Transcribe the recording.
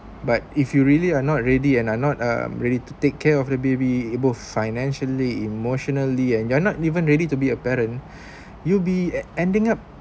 but if you really are not ready and are not um ready to take care of the baby both financially emotionally and you're not even ready to be a parent you'll be ending up